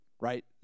right